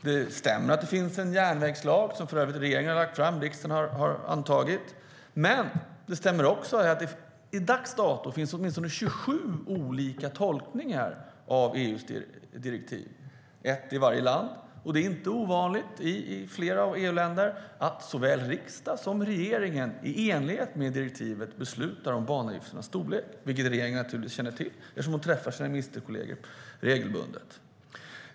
Det stämmer att det finns en järnvägslag, som för övrigt regeringen har lagt fram och riksdagen har antagit. Men det stämmer också att det till dags dato finns åtminstone 27 olika tolkningar av EU:s direktiv - ett i varje land. Det är inte ovanligt i flera EU-länder att såväl riksdag som regering i enlighet med direktivet beslutar om banavgifternas storlek, vilket regeringen naturligtvis känner till eftersom statsrådet träffar sina ministerkolleger regelbundet.